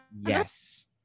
Yes